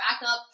backup